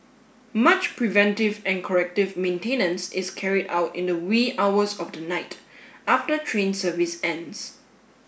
much preventive and corrective maintenance is carried out in the wee hours of the night after train service ends